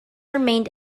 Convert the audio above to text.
remained